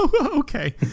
Okay